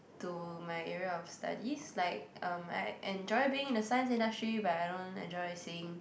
to my area of studies like um I enjoy being the science industry but I don't enjoy seeing